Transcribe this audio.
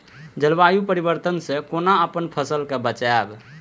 जलवायु परिवर्तन से कोना अपन फसल कै बचायब?